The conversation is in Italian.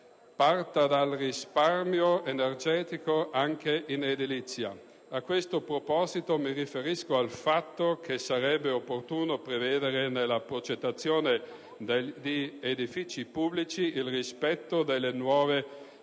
parta dal risparmio energetico, anche in edilizia. A questo proposito mi riferisco al fatto che sarebbe opportuno prevedere nella progettazione di edifici pubblici il rispetto delle nuove tecnologie